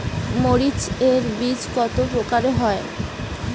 মরিচ এর বীজ কতো প্রকারের হয়?